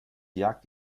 jagt